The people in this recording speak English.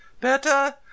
Better